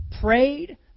prayed